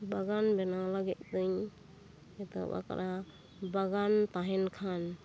ᱵᱟᱜᱟᱱ ᱵᱮᱱᱟᱣ ᱞᱟᱹᱜᱤᱫ ᱫᱚᱧ ᱮᱛᱚᱦᱚᱵ ᱟᱠᱟᱜᱼᱟ ᱵᱟᱜᱟᱱ ᱛᱟᱦᱮᱸᱱ ᱠᱷᱟᱱ